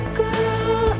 girl